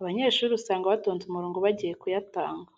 Abanyeshuri usanga batonze umurongo bagiye kuyatanga.